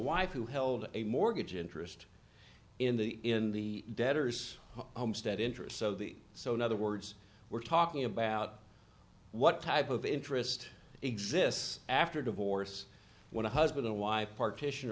wife who held a mortgage interest in the in the debtor's homestead interest so the so in other words we're talking about what type of interest exists after divorce when a husband or wife partition